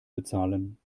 bezahlen